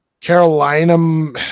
Carolina